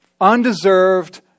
undeserved